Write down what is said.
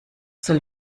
soll